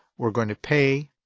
we're going to pay